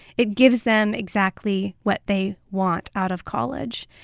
it gives them exactly what they want out of college.